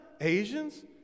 Asians